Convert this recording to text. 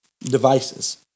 devices